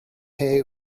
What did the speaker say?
hay